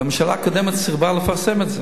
והממשלה הקודמת סירבה לפרסם את זה.